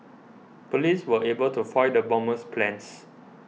police were able to foil the bomber's plans